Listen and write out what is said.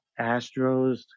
Astros